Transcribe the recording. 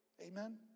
Amen